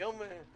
היום יום נפלא.